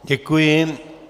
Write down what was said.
Děkuji.